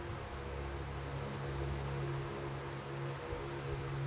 Bank ನಿಂದ್ ಸಾಲ ತೊಗೋಳಕ್ಕೆ ಏನ್ ರೂಲ್ಸ್ ಅದಾವ?